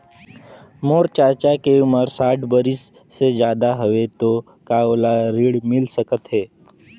मोर चाचा के उमर साठ बरिस से ज्यादा हवे तो का ओला ऋण मिल सकत हे?